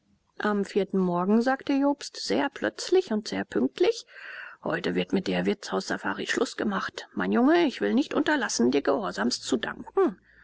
am vierten morgen sagte jobst sehr plötzlich und sehr pünktlich heute wird mit der wirtshaussafari schluß gemacht mein junge ich will nicht unterlassen dir gehorsamst zu danken